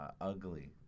ugly